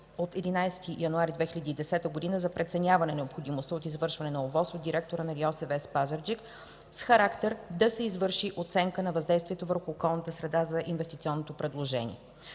от 11 януари 2010 г. за преценяване на необходимостта от извършване на ОВОС на директора на РИОСВ – Пазарджик, с характер „да се извърши оценка на въздействието върху околната среда” за инвестиционното предложение.